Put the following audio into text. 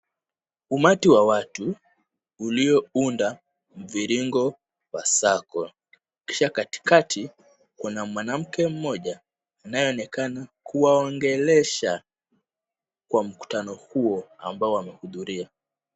Umati wa watu uliounda mviringo wa circle kisha katikati kuna mwanamke mmoja anayeonekana kuwaongelesha kwa mkutano huo ambao wamehudhuria.